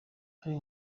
hari